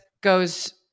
goes